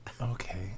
Okay